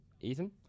Ethan